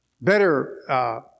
Better